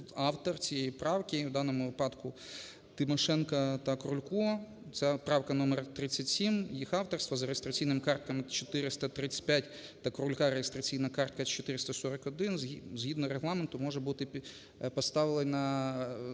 автор цієї правки, в даному випадку Тимошенко та Крулько, це правка номер 37, їх авторство, за реєстраційними картками 435 та Крулька реєстраційна картка 441, згідно Регламенту може бути поставлена,